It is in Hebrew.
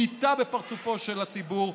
בעיטה בפרצופו של הציבור.